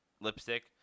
lipstick